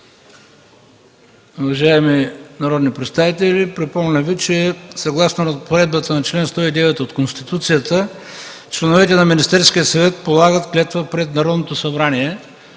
Уважаеми народни представители, припомням Ви, че съгласно разпоредбата на чл. 109 от Конституцията членовете на Министерския съвет полагат клетва пред Народното събрание.